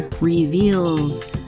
reveals